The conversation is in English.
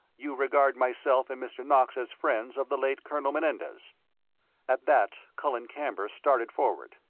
you regard myself and mr. knox as friends of the late colonel menendez at that colin camber started forward.